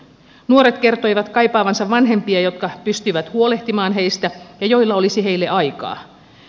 nuoret kertoivat kaipaavansa vanhempia jotka pystyvät huolehtimaan heistä ja joilla olisi heille aikaa